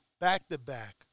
back-to-back